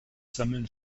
sammeln